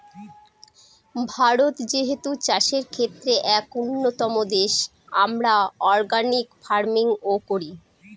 ভারত যেহেতু চাষের ক্ষেত্রে এক উন্নতম দেশ, আমরা অর্গানিক ফার্মিং ও করি